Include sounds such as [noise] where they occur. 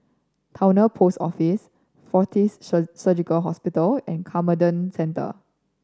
Towner Post Office Fortis [unintelligible] Surgical Hospital and Camden Centre